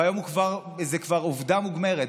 והיום זה כבר עובדה מוגמרת,